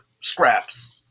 scraps